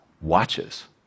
watches